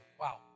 Wow